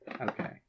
Okay